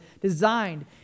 designed